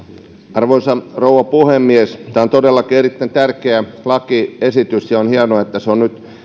arvoisa rouva puhemies tämä on todellakin erittäin tärkeä lakiesitys ja on hienoa että se on nyt